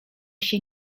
się